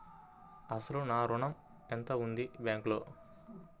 అసలు నా ఋణం ఎంతవుంది బ్యాంక్లో?